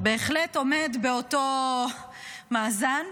בהחלט עומד באותו מאזן,